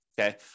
okay